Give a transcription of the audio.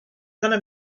gonna